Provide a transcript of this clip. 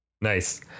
Nice